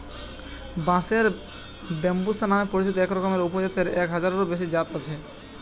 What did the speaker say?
বাঁশের ব্যম্বুসা নামে পরিচিত একরকমের উপজাতের এক হাজারেরও বেশি জাত আছে